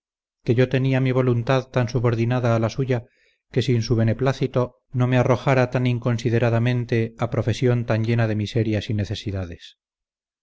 que yo tenía mi voluntad tan subordinada a la suya que sin su beneplácito no me arrojara tan inconsideradamente a profesión tan llena de miserias y necesidades